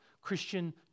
Christian